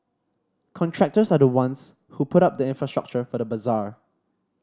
contractors are the ones who put up the infrastructure for the bazaar